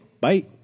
Bye